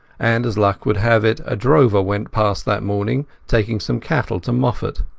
and as luck would have it a drover went past that morning taking some cattle to moffat.